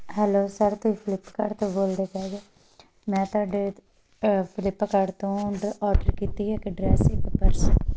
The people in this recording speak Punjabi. ਹੈਲੋ ਸਰ ਤੁਸੀਂ ਫਲਿੱਪਕਾਰਟ ਤੋਂ ਬੋਲਦੇ ਪਏ ਜੇ ਮੈਂ ਤੁਹਾਡੇ ਫਲਿੱਪਕਾਰਟ ਤੋਂ ਔਡ ਔਡਰ ਕੀਤੀ ਹੈ ਇੱਕ ਡਰੈੱਸ ਇੱਕ ਪਰਸ